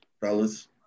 fellas